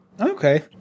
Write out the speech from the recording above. Okay